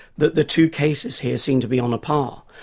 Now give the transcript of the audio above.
that the two cases here seem to be on a par,